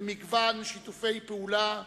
במגוון שיתופי פעולה,